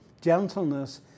Gentleness